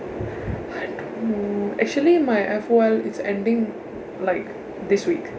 I don't know actually my F O L it's ending like this week